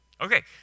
okay